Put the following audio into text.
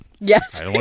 Yes